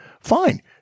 fine